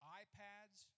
iPads